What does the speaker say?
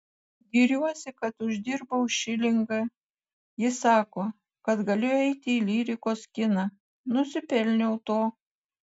giriuosi kad uždirbau šilingą ji sako kad galiu eiti į lyrikos kiną nusipelniau to